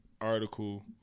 article